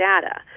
data